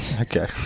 Okay